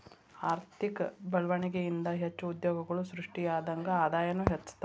ಆರ್ಥಿಕ ಬೆಳ್ವಣಿಗೆ ಇಂದಾ ಹೆಚ್ಚು ಉದ್ಯೋಗಗಳು ಸೃಷ್ಟಿಯಾದಂಗ್ ಆದಾಯನೂ ಹೆಚ್ತದ